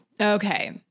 okay